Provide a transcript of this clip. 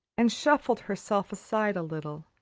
and shuffled herself aside a little,